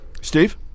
Steve